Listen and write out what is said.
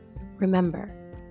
Remember